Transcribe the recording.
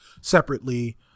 separately